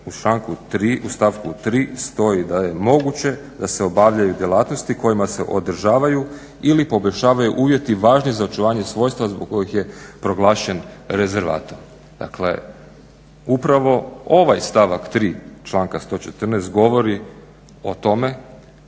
u stavku 3.stoji da je moguće da se obavljaju djelatnosti kojima se održavaju ili poboljšavaju uvjeti važni za očuvanje svojstava zbog kojih je proglašen rezervatom. Dakle upravo ovaj stavak 3. članka 114.govori o tome